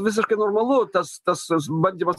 visiškai normalu tas tas bandymas